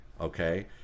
Okay